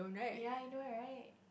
ya I know right